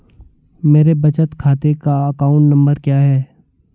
मेरे बचत खाते का अकाउंट नंबर क्या है?